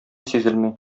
сизелми